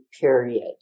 period